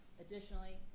Additionally